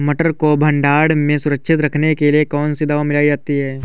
मटर को भंडारण में सुरक्षित रखने के लिए कौन सी दवा मिलाई जाती है?